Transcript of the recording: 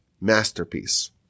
masterpiece